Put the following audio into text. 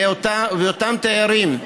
ואותם תיירים,